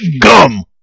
gum